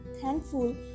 thankful